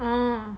oh